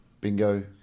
bingo